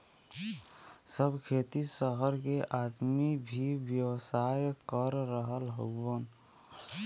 सब खेती सहर के आदमी भी व्यवसाय कर रहल हउवन